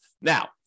Now